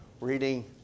reading